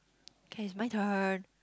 okay it's my turn